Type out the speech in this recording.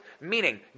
Meaning